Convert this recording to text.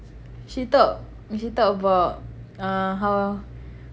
she talked she talked about uh how